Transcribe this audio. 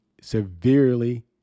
severely